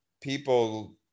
people